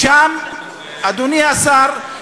אדוני השר,